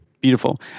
Beautiful